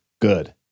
Good